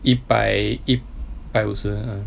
一百一百五十